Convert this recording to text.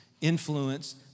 influence